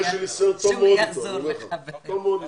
יש לי ניסיון טוב מאוד אתו.